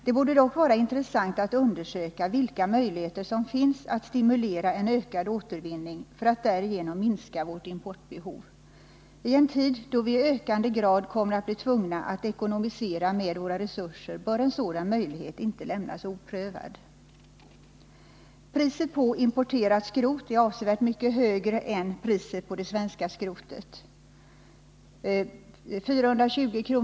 Det borde dock vara intressant att undersöka vilka möjligheter som finns att stimulera en ökad återvinning för att därigenom minska vårt importbehov. I en tid då vi i ökande grad kommer att bli tvungna att ekonomisera med våra resurser bör en sådan möjlighet inte lämnas oprövad. Priset på importerat skrot är avsevärt mycket högre än priset på svenskt skrot — 420 kr.